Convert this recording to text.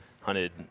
Hunted